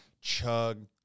chug